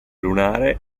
lunare